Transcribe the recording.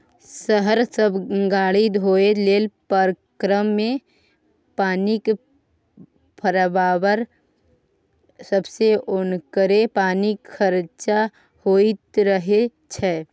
शहर सब गाड़ी धोए लेल, पार्कमे पानिक फब्बारा सबमे अनेरो पानि खरचा होइत रहय छै